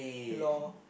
lor